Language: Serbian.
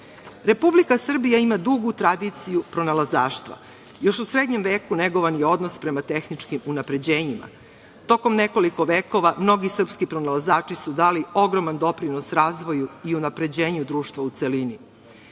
Republika Srbija ima dugu tradiciju pronalazaštva. Još u srednjem veku negovan je odnos prema tehničkim unapređenjima. Tokom nekoliko vekova, mnogi srpski pronalazači su dali ogroman doprinos razvoju i unapređenju društva u celini. Nekada